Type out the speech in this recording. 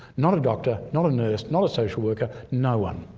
not a doctor, not a nurse, not a social worker, no one.